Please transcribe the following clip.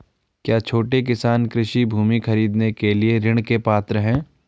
क्या छोटे किसान कृषि भूमि खरीदने के लिए ऋण के पात्र हैं?